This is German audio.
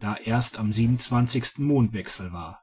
da erst am mondwechsel war